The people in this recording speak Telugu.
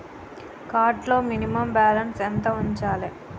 కార్డ్ లో మినిమమ్ బ్యాలెన్స్ ఎంత ఉంచాలే?